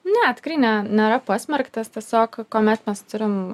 ne tikrai ne nėra pasmerktas tiesiog kuomet mes turim